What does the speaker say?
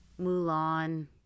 Mulan